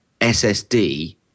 SSD